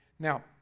Now